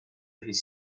his